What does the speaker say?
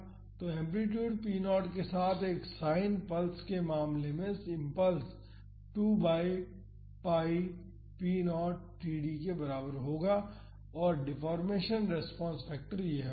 तो amplitude p0 के साथ एक साइन पल्स के मामले में impulse 2 by pi p 0 td के बराबर होगा और डिफ़ॉर्मेशन रेस्पॉन्स फैक्टर यह होगा